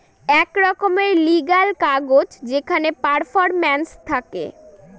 এক রকমের লিগ্যাল কাগজ যেখানে পারফরম্যান্স থাকে